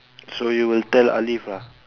so you will tell alif lah